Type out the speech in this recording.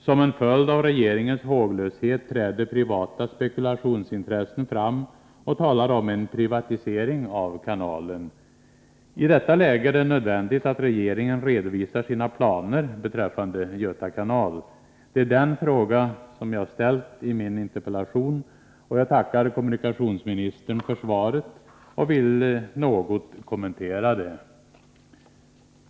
Som en följd av regeringens håglöshet träder privata spekulationsintressen fram och talar om en privatisering av kanalen. I detta läge är det nödvändigt att regeringen redovisar sina planer beträffande Göta kanal. Det är om detta jag har frågat i min interpellation. Jag tackar kommunikationsministern för svaret och vill något kommentera det.